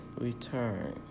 return